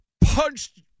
punched